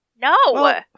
No